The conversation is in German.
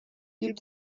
gibt